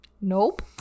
Nope